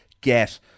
get